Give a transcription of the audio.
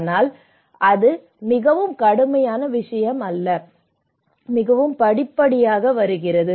ஆனால் இது மிகவும் கடுமையான விஷயம் அல்ல அது மிகவும் படிப்படியாக வருகிறது